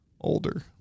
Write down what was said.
older